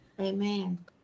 Amen